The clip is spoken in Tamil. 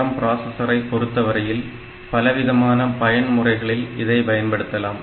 ARM பிராசஸரை பொறுத்தவரையில் பலவிதமான பயன் முறைகளில் இதை பயன்படுத்தலாம்